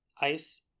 Ice